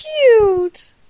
cute